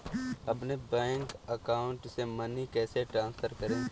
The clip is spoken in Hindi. अपने बैंक अकाउंट से मनी कैसे ट्रांसफर करें?